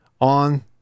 on